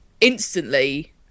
instantly